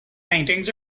paintings